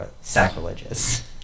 sacrilegious